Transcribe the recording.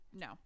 No